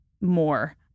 more